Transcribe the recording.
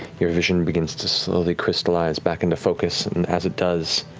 your vision begins to slowly crystallize back into focus and as it does,